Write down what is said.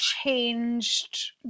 changed